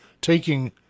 taking